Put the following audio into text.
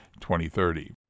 2030